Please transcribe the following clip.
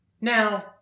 Now